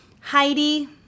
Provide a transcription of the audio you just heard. Heidi